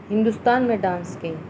ہندوستان میں ڈانس کی